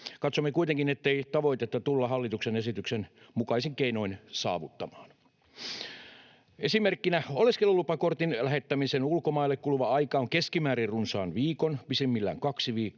Katsomme kuitenkin, ettei tavoitetta tulla hallituksen esityksen mukaisin keinoin saavuttamaan. Esimerkkinä: oleskelulupakortin lähettämiseen ulkomaille kuluva aika on keskimäärin runsaan viikon, pisimmillään kaksi viikkoa,